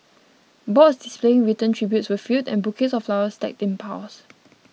boards displaying written tributes were filled and bouquets of flowers stacked in piles